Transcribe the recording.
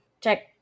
check